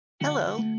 Hello